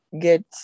get